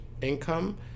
income